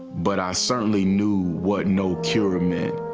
but i certainly knew what no cure meant.